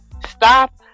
Stop